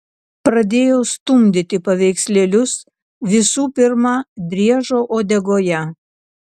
pradėjau stumdyti paveikslėlius visų pirma driežo uodegoje